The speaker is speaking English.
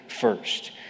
first